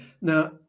Now